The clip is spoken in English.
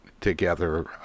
together